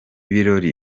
birori